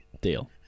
Deal